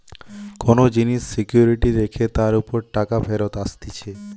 কোন জিনিস সিকিউরিটি রেখে তার উপর টাকা ফেরত আসতিছে